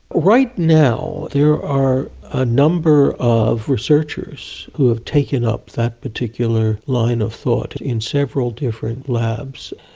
right now there are a number of researchers who have taken up that particular line of thought in several different labs,